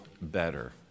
better